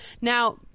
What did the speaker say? Now